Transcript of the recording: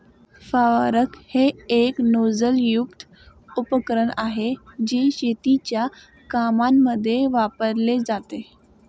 फवारक हे एक नोझल युक्त उपकरण आहे, जे शेतीच्या कामांमध्ये वापरले जाते